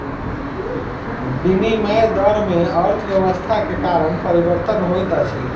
विनिमय दर में अर्थव्यवस्था के कारण परिवर्तन होइत अछि